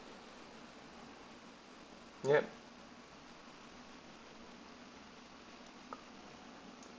yup